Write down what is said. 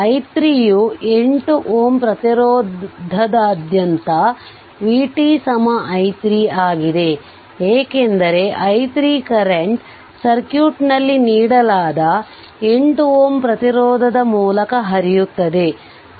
i 3 ಯು 8 Ω ಪ್ರತಿರೋಧದಾದ್ಯಂತ vt i3 ಆಗಿದೆ ಏಕೆಂದರೆ i3 ಕರೆಂಟ್ ಸರ್ಕ್ಯೂಟ್ನಲ್ಲಿ ನೀಡಲಾದ 8 Ω ಪ್ರತಿರೋಧದ ಮೂಲಕ ಹರಿಯುತ್ತದೆ